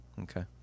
Okay